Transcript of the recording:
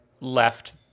left